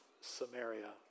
Samaria